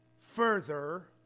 further